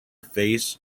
face